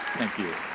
thank you.